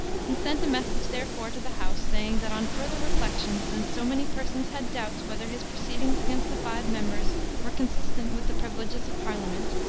he sent a message, therefore, to the house, saying that, on further reflection, since so many persons had doubts whether his proceedings against the five members were consistent with the privileges of parliament,